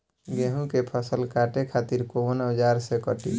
गेहूं के फसल काटे खातिर कोवन औजार से कटी?